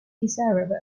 desirable